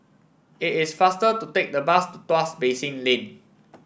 it is faster to take the bus to Tuas Basin Lane